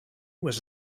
was